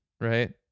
right